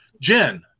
Jen